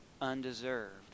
undeserved